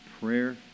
Prayer